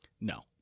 No